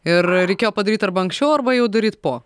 ir reikėjo padaryt arba anksčiau arba jau daryt po